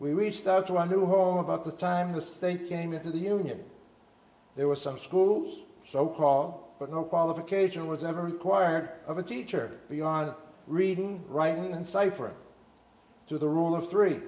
we reached out to our new home about the time the state came into the union there were some schools so called but no qualification was ever required of a teacher beyond reading writing and ciphering to the rule of three